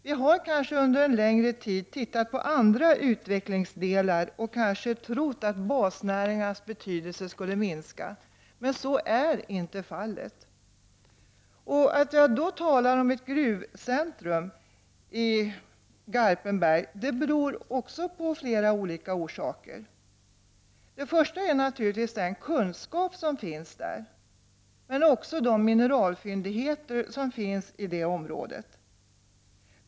Vi har kanske under en längre tid tittat på andra utvecklingsdelar och trott att basnäringarnas betydelse skulle minska. Men så är inte fallet. Att jag talar om just ett gruvcentrum i Garpenberg beror också det på flera olika faktorer. Den första är naturligtvis den kunskap som finns där, men även de mineralfyndigheter som finns i området är av betydelse.